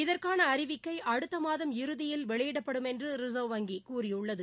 இதற்கான அறிவிக்கை அடுத்த மாதம் இறுதியில் வெளியிடப்படும் என்று ரிசர்வ் வங்கி கூறியுள்ளது